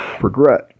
regret